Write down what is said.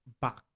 back